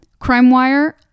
CrimeWire